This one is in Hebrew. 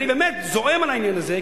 אני באמת זועם על העניין הזה,